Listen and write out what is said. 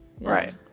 Right